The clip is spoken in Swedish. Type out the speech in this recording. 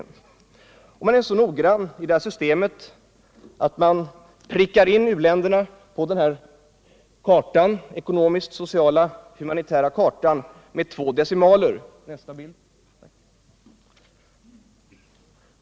Det här systemet är så noggrant utfört, att u-länderna på denna karta över de ekonomiska, sociala och mänskliga rättigheterna prickas in med två decimaler.